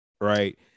right